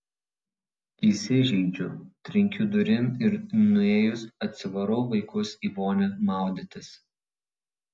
įsižeidžiu trenkiu durim ir nuėjus atsivarau vaikus į vonią maudytis